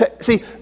See